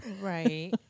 Right